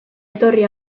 etorri